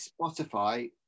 Spotify